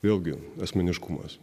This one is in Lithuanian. vėlgi asmeniškumas